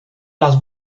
las